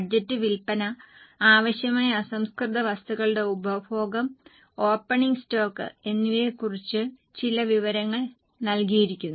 budget വിൽപ്പന ആവശ്യമായ അസംസ്കൃത വസ്തുക്കളുടെ ഉപഭോഗം ഓപ്പണിംഗ് സ്റ്റോക്ക് എന്നിവയെക്കുറിച്ച് ചില വിവരങ്ങൾ നൽകിയിരിക്കുന്നു